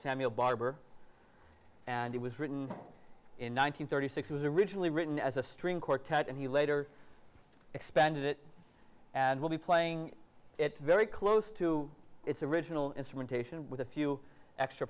samuel barber and it was written in one thousand thirty six was originally written as a string quartet and he later expanded it and will be playing it very close to its original instrumentation with a few extra